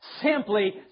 simply